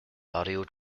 audio